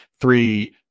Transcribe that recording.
Three